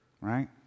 Right